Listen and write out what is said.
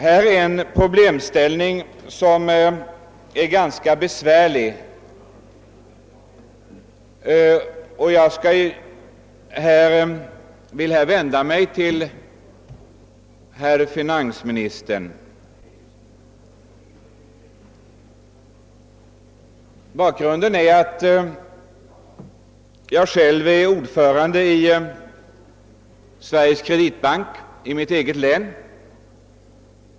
Här finns en ganska besvärlig pro blemställning, och jag skall nu vända mig till finansministern. Jag är ordförande i Sveriges kreditbank i mitt eget län.